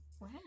wow